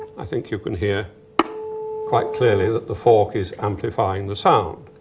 i think you can hear quite clearly that the fork is amplifying the sound.